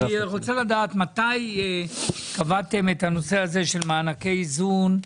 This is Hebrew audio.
אני רוצה לדעת מתי קבעתם את הנושא הזה של מענקי איזון,